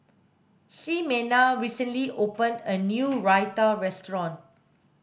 Ximena recently opened a new Raita restaurant